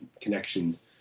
connections